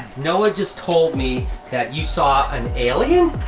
noah just told me that you saw an alien?